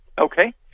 Okay